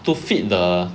to fit the